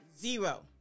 zero